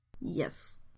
yes